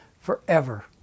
forever